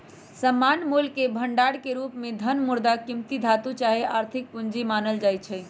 सामान्य मोलके भंडार के रूप में धन, मुद्रा, कीमती धातु चाहे आर्थिक पूजी मानल जाइ छै